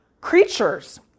creatures